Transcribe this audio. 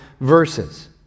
verses